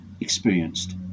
experienced